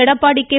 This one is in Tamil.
எடப்பாடி கே